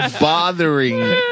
bothering